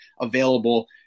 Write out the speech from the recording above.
available